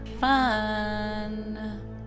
Fun